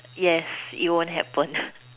yes it won't happen